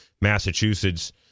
Massachusetts